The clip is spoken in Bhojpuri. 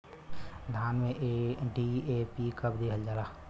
धान में डी.ए.पी कब दिहल जाला?